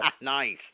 nice